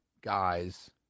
guys